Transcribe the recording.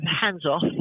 hands-off